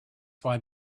why